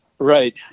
Right